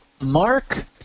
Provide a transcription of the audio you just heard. Mark